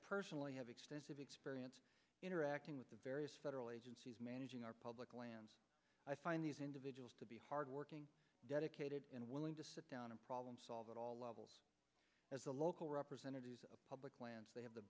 personally i have extensive experience interacting with the various federal agencies managing our public lands i find these individuals to be hardworking dedicated and willing to sit down and problem solved at all levels as the local representatives of public lands they have the